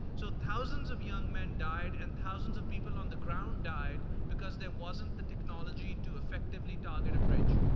so thousands of young men died and thousands of people on the ground died because there wasn't the technology to effectively target a bridge.